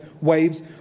waves